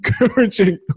encouraging